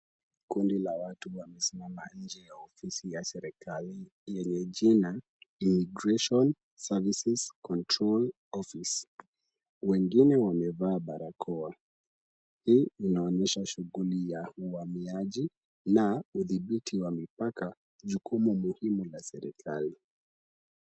Kundi la watu wamesimama nje ya ofisi ya serikali yenye jina [cs ]Immigration services control office .Wengine wamevaa barakoa. Hii inaonyesha shughuli ya uhamiaji na udhibiti wa mipaka jukumu muhimu la serikali.